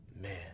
Man